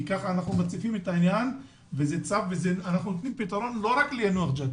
כי ככה אנחנו מציפים את העניין ואנחנו נותנים פתרון לא רק ליאנוח-ג'ת,